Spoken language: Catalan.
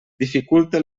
dificulte